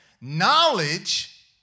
Knowledge